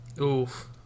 Oof